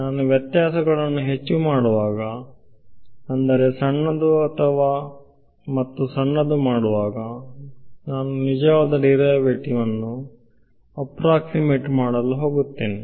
ನಾನು ವ್ಯತ್ಯಾಸಗಳನ್ನು ಹೆಚ್ಚು ಮಾಡುವಾಗ ಅಂದರೆ ಸಣ್ಣದು ಮತ್ತು ಸಣ್ಣದು ಮಾಡುವಾಗ ನಾನು ನಿಜವಾದ ಡಿರೈವೇಟಿವ್ ಅನ್ನು ಆಪ್ಪ್ರಾಕ್ಸಿಮೇಟ್ ಮಾಡಲು ಹೋಗುತ್ತೇನೆ